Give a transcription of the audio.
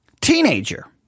Teenager